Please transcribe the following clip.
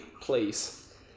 please